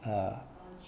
err